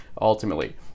ultimately